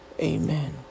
Amen